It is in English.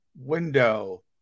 window